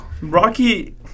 Rocky